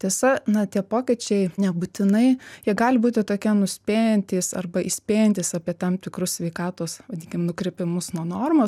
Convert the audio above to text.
tiesa na tie pokyčiai nebūtinai jie gali būti tokie nuspėjantys arba įspėjantys apie tam tikrus sveikatos vadinkim nukrypimus nuo normos